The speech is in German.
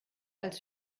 als